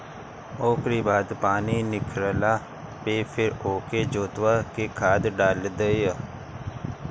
ओकरी बाद पानी निखरला पे फिर ओके जोतवा के खाद डाल दअ